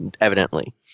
evidently